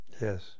Yes